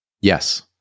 Yes